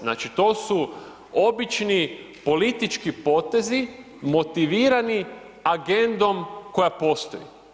Znači, to su obični politički potezi motivirani agendom koja postoji.